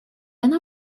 она